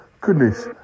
Goodness